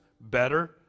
better